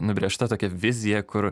nubrėžta tokia vizija kur